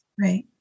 Right